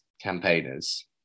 campaigners